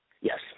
Yes